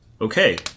Okay